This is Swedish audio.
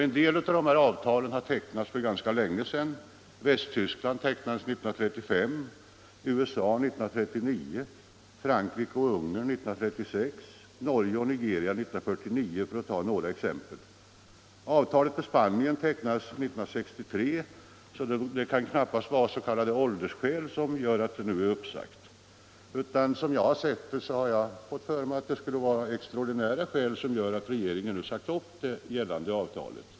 En del av de här avtalen har tecknats för ganska länge sedan: avtal med Västtyskland tecknades 1935, med USA 1939, med Frankrike och Ungern 1936, med Norge och Nigeria 1949 — för att ta några exempel. Avtalet med Spanien tecknades 1963, så det kan knappast vara s.k. åldersskäl som gör att det nu är uppsagt, utan jag har fått för mig att det är av extraordinära skäl som regeringen sagt upp det gällande avtalet.